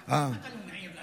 איך אתה לא מעיר לה?